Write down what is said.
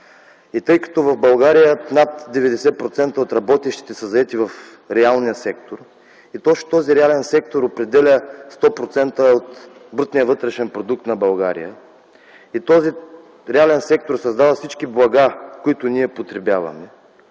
Тъй като в България над 90% от работещите са заети в реалния сектор и точно този реален сектор определя 100% от брутния вътрешен продукт на България, той създава всички блага, които ние потребяваме.